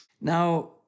now